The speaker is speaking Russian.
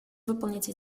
выполнить